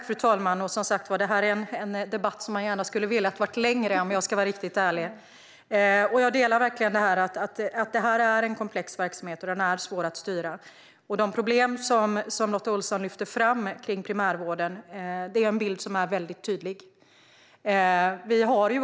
Fru talman! Om jag ska vara riktigt ärlig hade den här debatten gärna fått pågå längre. Jag delar verkligen uppfattningen att detta handlar om en komplex verksamhet som är svår att styra. De problem inom primärvården som Lotta Olsson lyfter fram är tydliga.